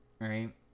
right